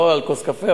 לא על כוס קפה,